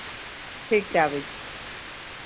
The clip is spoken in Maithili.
ठीक छै आबै छी